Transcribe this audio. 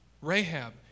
Rahab